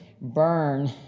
burn